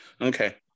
okay